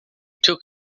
took